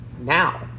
now